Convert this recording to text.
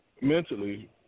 Mentally